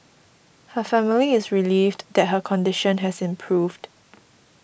her family is relieved that her condition has improved